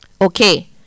Okay